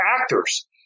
actors